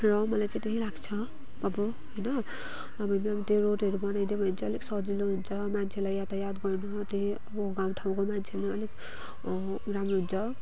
र मलाई चाहिँ त्यही लाग्छ अब होइन अब त्यो रोडहरू चाहिँ बनाइदियो भने अलिक सजिलो हुन्छ मान्छेलाई यातायात गर्नु अब गाउँ ठाउँको मान्छेलाई पनि राम्रो हुन्छ